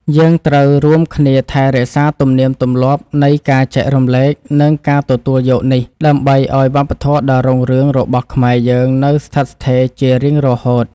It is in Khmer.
យើងត្រូវរួមគ្នាថែរក្សាទំនៀមទម្លាប់នៃការចែករំលែកនិងការទទួលយកនេះ ដើម្បីឱ្យវប្បធម៌ដ៏រុងរឿងរបស់ខ្មែរយើងនៅស្ថិតស្ថេរជារៀងរហូត។